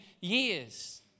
years